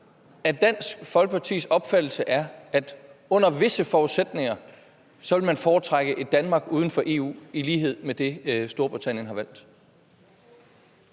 Dansk Folkepartis opfattelse er, at under visse forudsætninger vil man foretrække et Danmark uden for EU i lighed med det, Storbritannien har valgt?